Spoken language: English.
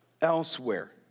elsewhere